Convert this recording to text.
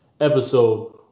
episode